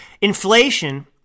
inflation